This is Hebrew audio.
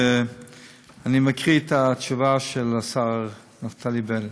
אני מקריא את התשובה של השר נפתלי בנט.